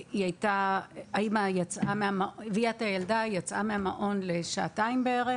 האם הביאה את הילדה ויצאה מהמעון לשעתיים בערך